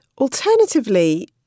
Alternatively